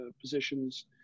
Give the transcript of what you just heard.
positions